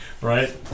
Right